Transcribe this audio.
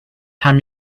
time